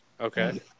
Okay